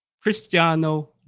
Cristiano